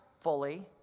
fully